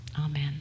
Amen